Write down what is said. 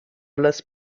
las